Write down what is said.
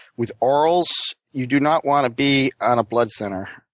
with orals, you do not want to be on a blood thinner,